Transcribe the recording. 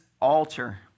altar